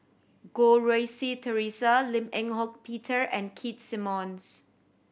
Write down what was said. Goh Rui Si Theresa Lim Eng Hock Peter and Keith Simmons